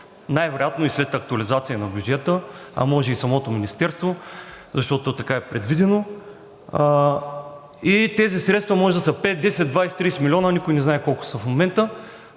най-вероятно след актуализация на бюджета, а може и самото Министерство, защото така е предвидено и тези средства може да са 5, 10, 20 – 30 милиона, никой не знае колко са в момента.